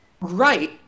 right